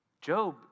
Job